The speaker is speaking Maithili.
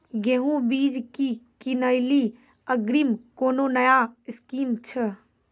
गेहूँ बीज की किनैली अग्रिम कोनो नया स्कीम छ?